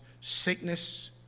sickness